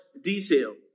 detail